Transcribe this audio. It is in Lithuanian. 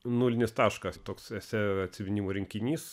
nulinis taškas toks esė atsiminimų rinkinys